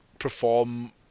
Perform